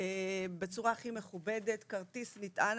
בצורה הכי מכובדת, כרטיס נטען.